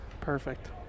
Perfect